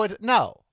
No